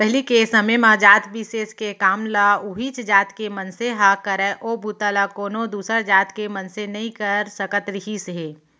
पहिली के समे म जात बिसेस के काम ल उहींच जात के मनसे ह करय ओ बूता ल कोनो दूसर जात के मनसे नइ कर सकत रिहिस हे